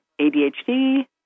ADHD